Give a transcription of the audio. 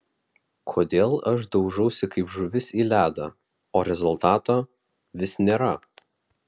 kodėl aš daužausi kaip žuvis į ledą o rezultato vis nėra